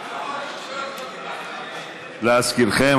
להזכירכם,